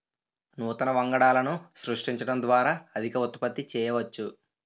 నూతన వంగడాలను సృష్టించడం ద్వారా అధిక ఉత్పత్తి చేయవచ్చు